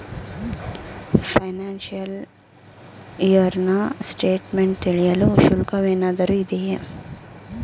Financial year ನ statement ತಿಳಿಯಲು ಶುಲ್ಕವೇನಾದರೂ ಇದೆಯೇ?